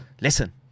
listen